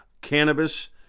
cannabis